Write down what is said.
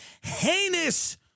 Heinous